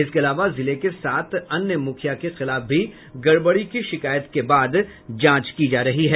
इसके अलावा जिले के सात अन्य मुखिया के खिलाफ भी गड़बड़ी की शिकायत के बाद जांच की जा रही है